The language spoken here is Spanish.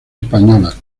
española